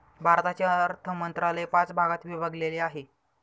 भारताचे अर्थ मंत्रालय पाच भागात विभागलेले आहे